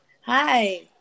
Hi